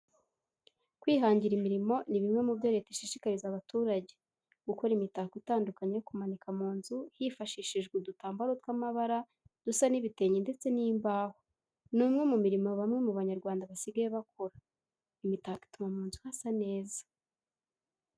Kwihangira imirimo ni bimwe mu byo leta ishishikariza abaturage. Gukora imitako itandukanye yo kumanika mu nzu hifashishijwe udutambaro tw'amabara dusa n'ibitenge ndetse n'imbaho ni umwe mu mirimo bamwe mu Banyarwanda basigaye bakora. Imitako ituma mu nzu hasa neza.